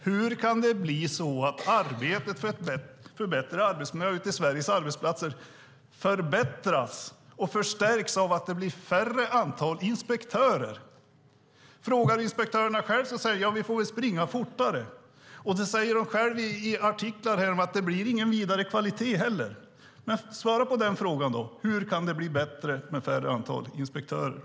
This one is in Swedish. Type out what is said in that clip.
Hur kan det bli så att arbetet för bättre arbetsmiljö ute på Sveriges arbetsplatser förbättras och förstärks av att det blir ett mindre antal inspektörer? Om man frågar inspektörerna själva säger de: Vi får väl springa fortare. I artiklar säger de att det inte heller blir någon vidare kvalitet. Svara på frågan! Hur kan det bli bättre med färre inspektörer?